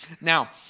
Now